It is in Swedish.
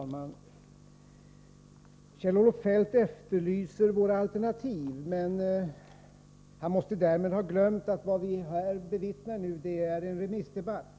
Herr talman! Kjell-Olof Feldt efterlyser våra alternativ. Men han måste därvid ha glömt att det vi nu bevittnar är en remissdebatt.